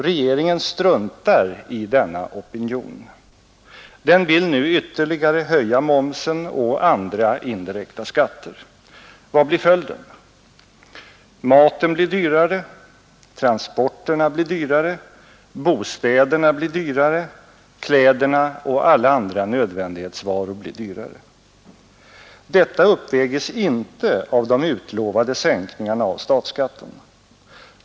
Regeringen struntar i denna opinion. Den vill nu ytterligare höja momsen och andra indirekta skatter. Vad blir följden? Maten blir dyrare, transporterna blir dyrare, bostäderna blir dyrare, kläderna och alla andra nödvändighetsvaror blir dyrare. Detta uppväges inte av de utlovade sänkningarna av statsskatten.